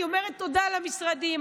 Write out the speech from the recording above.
אני אומרת תודה למשרדים,